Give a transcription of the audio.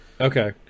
Okay